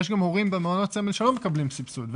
יש הורים במעונות סמל שלא מקבלים סבסוד,